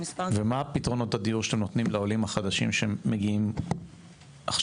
ומה פתרונות הדיור שאתם נותנים לעולים החדשים שמגיעים עכשיו?